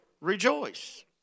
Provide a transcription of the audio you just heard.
Rejoice